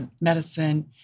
medicine